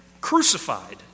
crucified